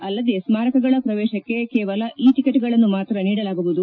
ಅಲ್ಲದೆ ಸ್ಥಾರಕಗಳ ಪ್ರವೇಶಕ್ಕೆ ಕೇವಲ ಇ ಟಿಕೆಟ್ಗಳನ್ನು ಮಾತ್ರ ನೀಡಲಾಗುವುದು